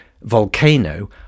volcano